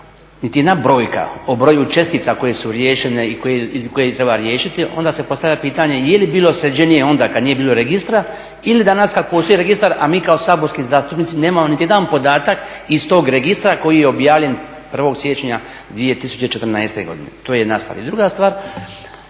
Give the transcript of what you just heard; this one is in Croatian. niti jedna brojka o broju čestica koje su riješene i koje treba riješiti onda se postavlja pitanje je li bilo sređenije onda kad nije bilo registra ili danas kad postoji registar a mi kao saborski zastupnici nemamo niti jedan podatak iz tog registara koji je objavljen 1. siječnja 2014. godine. To je jedna stvar. I druga stvar,